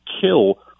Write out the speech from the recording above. kill